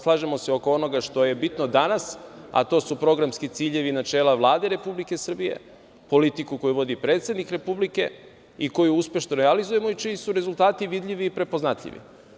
Slažemo se oko onoga što je bitno danas, a to su programski ciljevi i načela Vlade Republike Srbije, politiku koju vodi predsednik Republike i koju uspešno realizujemo i čiji su rezultati vidljivi i prepoznatljivi.